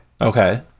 Okay